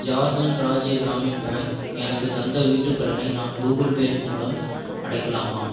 Jharkhand Rajya Gramin bank எனக்குத் தந்த வீட்டுக் கடனை நான் கூகிள் பே மூலம் அடைக்கலாமா